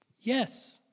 Yes